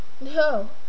No